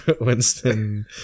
Winston